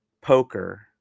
poker